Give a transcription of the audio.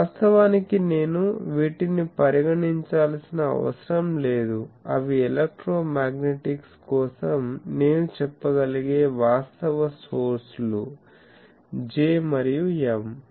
వాస్తవానికి నేను వీటిని పరిగణించాల్సిన అవసరం లేదు అవి ఎలక్ట్రో మ్యాగ్నెటిక్స్ కోసం నేను చెప్పగలిగే వాస్తవ సోర్స్ లు J మరియు M